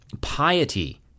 ...piety